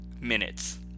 minutes